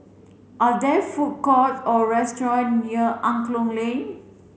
are there food court or restaurant near Angklong Lane